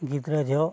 ᱜᱤᱫᱽᱨᱟᱹ ᱡᱚᱦᱚᱜ